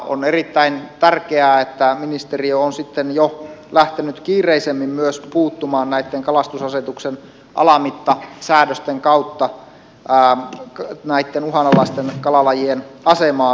on erittäin tärkeää että ministeriö on sitten jo lähtenyt kiireisemmin myös puuttumaan kalastusasetuksen alamittasäädösten kautta näitten uhanalaisten kalalajien asemaan